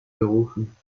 gerufen